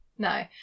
No